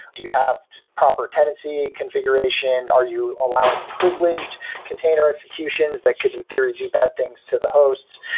do you have proper tenancy configuration? are you allowing privilege container executions that can in theory do bad things to the host?